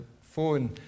phone